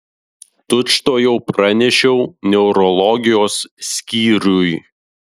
tučtuojau pranešiau neurologijos skyriui